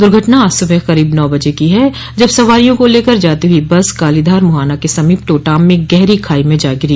दुर्घटना आज सुबह करीब नौ बजे की है जब सवारियों को लेकर जाती हुई बस कालीधार मुहाना के समीप टोटाम में गहरी खाई में जा गिरी